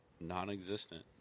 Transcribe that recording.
non-existent